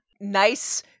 nice